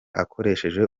akoresheje